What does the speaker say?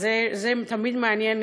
אז זה תמיד מעניין,